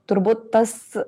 turbūt tas